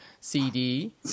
CD